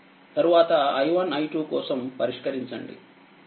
తరువాత i1i2 కోసం పరిష్కరించండి